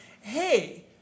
hey